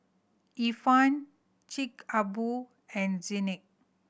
Ifan Chic a Boo and Zinc